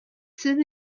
soon